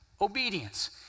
obedience